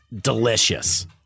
delicious